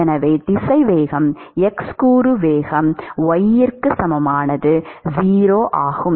எனவே திசைவேகம் x கூறு வேகம் y க்கு சமமானது 0 ஆகும்